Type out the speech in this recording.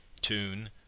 tune